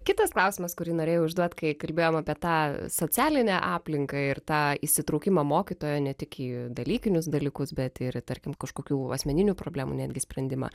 kitas klausimas kurį norėjau užduot kai kalbėjom apie tą socialinę aplinką ir tą įsitraukimą mokytojo ne tik į dalykinius dalykus bet ir tarkim kažkokių asmeninių problemų netgi sprendimą